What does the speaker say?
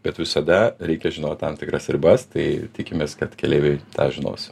bet visada reikia žinot tam tikras ribas tai tikimės kad keleiviai tą žinos